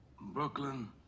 Brooklyn